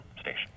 station